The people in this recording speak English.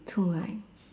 two right